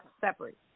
separate